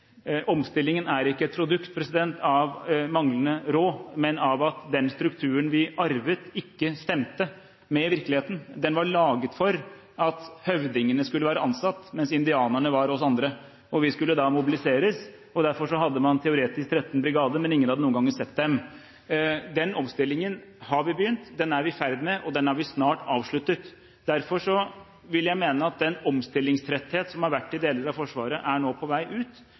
Omstillingen er ikke et produkt av manglende råd, men av at den strukturen vi arvet, ikke stemte med virkeligheten. Den var laget for at høvdingene skulle være ansatt, mens indianerne var oss andre, og vi skulle da mobiliseres. Derfor hadde man teoretisk 13 brigader, men ingen hadde noen gang sett dem. Den omstillingen har vi begynt, den holder vi på med, og den har vi snart avsluttet. Derfor vil jeg mene at den omstillingstretthet som har vært i deler av Forsvaret, nå er på vei ut,